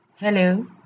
Hello